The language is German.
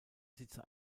sitze